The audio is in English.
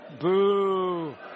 Boo